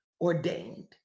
ordained